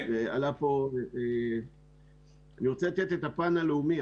אני רוצה לתת את הפן הלאומי.